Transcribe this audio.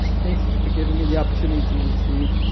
thank you for giving me the opportunity to succeed,